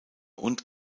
und